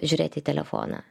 žiūrėti į telefoną